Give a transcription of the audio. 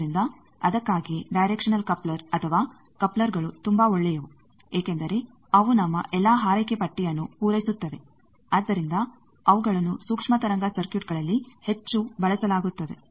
ಆದ್ದರಿಂದ ಅದಕ್ಕಾಗಿಯೇ directional coupler ಅಥವಾ ಕಪ್ಲರ್ ಗಳು ತುಂಬಾ ಒಳ್ಳೆಯವು ಏಕೆಂದರೆ ಅವು ನಮ್ಮ ಎಲ್ಲಾ ಹಾರೈಕೆ ಪಟ್ಟಿಯನ್ನು ಪೂರೈಸುತ್ತವೆ ಆದ್ದರಿಂದ ಅವುಗಳನ್ನು ಸೂಕ್ಷ್ಮ ತರಂಗ ಸರ್ಕ್ಯೂಟ್ಗಳಲ್ಲಿ ಹೆಚ್ಚು ಬಳಸಲಾಗುತ್ತದೆ